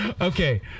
Okay